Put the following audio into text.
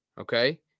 Okay